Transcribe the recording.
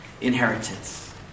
inheritance